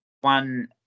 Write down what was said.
one